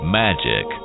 magic